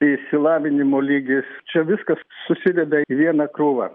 išsilavinimo lygis čia viskas susideda į vieną krūvą